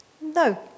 No